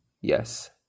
Yes